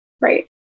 Right